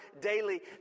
daily